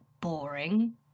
boring